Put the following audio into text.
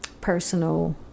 personal